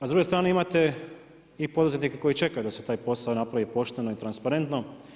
A s druge strane imate i poduzetnike koji čekaju da se taj posao napravi pošteno i transparentno.